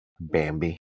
Bambi